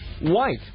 white